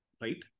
right